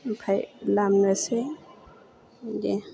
ओमफ्राय लामनोसै दे